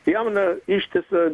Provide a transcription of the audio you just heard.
pjauna ištisą